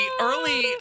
early